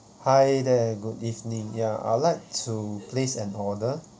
hi there good evening ya I'll like to place an order